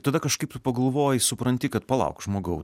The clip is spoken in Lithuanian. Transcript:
tada kažkaip tu pagalvoji supranti kad palauk žmogau